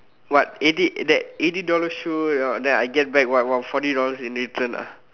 what eighty that eighty dollar shoe know that I get back what what forty dollar in return ah